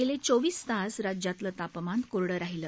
गेले चोवीस तास राज्यातलं तापमान कोरडं राहिलं